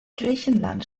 griechenland